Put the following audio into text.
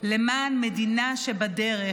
למען המדינה שבדרך,